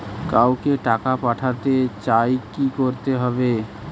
কাউকে টাকা পাঠাতে চাই কি করতে হবে?